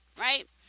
right